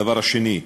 הדבר השני,